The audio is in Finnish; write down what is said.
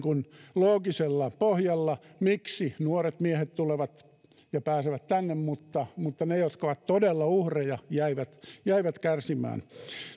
loogisella pohjalla miksi nuoret miehet tulevat ja pääsevät tänne mutta mutta ne jotka ovat todella uhreja jäivät jäivät kärsimään